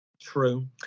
True